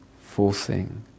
forcing